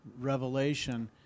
Revelation